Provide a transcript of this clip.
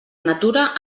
natura